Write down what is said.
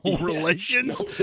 relations